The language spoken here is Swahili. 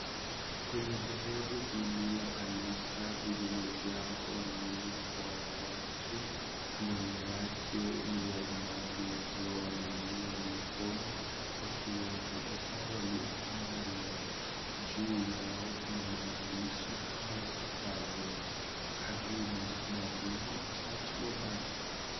Kwenye dhehebu hili la kanisa lililojaa wanaume kwa wanawake, mbele yake ni waimbaji wakiwa wameinua mikono wakiwaongoza walioko mbele. Juu yao kuna maandishi kama yafuatavyo, "Karibu Mavuno Church Mombasa."